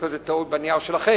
יש פה איזו טעות בנייר שלכם,